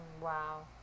Wow